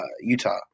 Utah